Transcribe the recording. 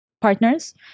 partners